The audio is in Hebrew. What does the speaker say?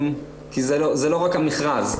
זה לא רק המכרז.